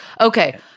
Okay